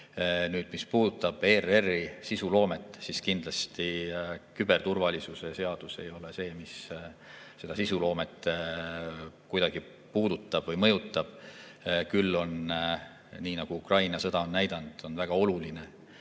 täitma. Mis puudutab ERR‑i sisuloomet, siis kindlasti küberturvalisuse seadus ei ole see, mis seda sisuloomet kuidagi puudutab või mõjutab. Küll on, nagu Ukraina sõda on näidanud, väga oluline,